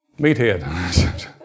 meathead